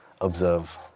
observe